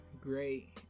great